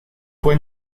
fue